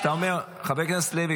חבר הכנסת לוי,